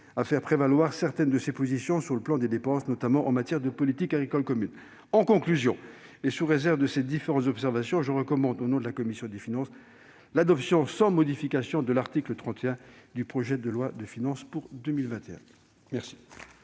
à faire prévaloir certaines de ses positions sur le plan des dépenses, notamment en matière de politique agricole commune. Sous réserve de ces différentes observations, je recommande, au nom de la commission des finances, d'adopter sans modification l'article 31 du projet de loi de finances pour 2021. La